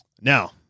Now